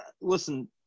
listen